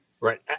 Right